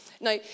Now